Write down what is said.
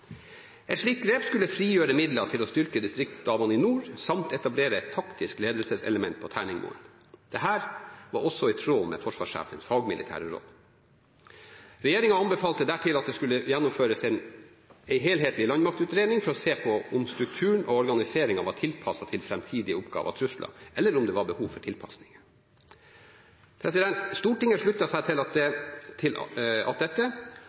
Et slikt grep skulle frigjøre midler til å styrke distriktsstabene i nord samt etablere et taktisk ledelseselement på Terningmoen. Dette var også i tråd med forsvarssjefens fagmilitære råd. Regjeringen anbefalte dertil at det skulle gjennomføres en helhetlig landmaktutredning for å se på om strukturen og organiseringen var tilpasset framtidige oppgaver og trusler, eller om det var behov for tilpasninger. Stortinget sluttet seg til alt dette og ba om at